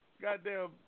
goddamn